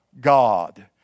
God